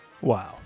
Wow